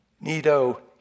Nito